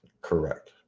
Correct